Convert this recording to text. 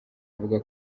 avuga